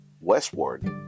Westward